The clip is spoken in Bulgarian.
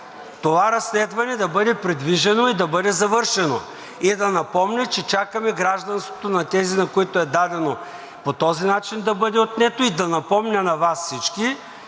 това разследване да бъде придвижено и да бъде завършено. И да напомня, че чакаме гражданството на тези, на които е дадено по този начин, да бъде отнето и да напомня на всички